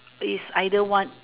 it is either one